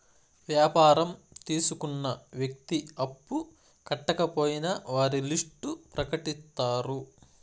వ్యాపారం తీసుకున్న వ్యక్తి అప్పు కట్టకపోయినా వారి లిస్ట్ ప్రకటిత్తారు